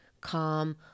calm